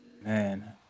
Man